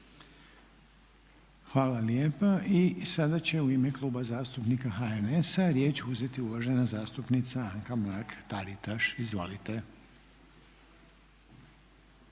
Hvala lijepa. I sada će u ime Kluba zastupnika HNS-a riječ uzeti uvažena zastupnica Anka mrak-Taritaš.